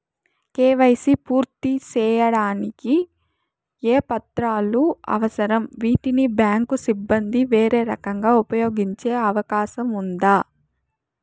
KYC పూర్తి సేయడానికి ఏ పత్రాలు అవసరం, వీటిని బ్యాంకు సిబ్బంది వేరే రకంగా ఉపయోగించే అవకాశం ఉందా?